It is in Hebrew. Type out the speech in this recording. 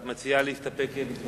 את מציעה להסתפק בדברייך?